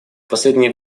последние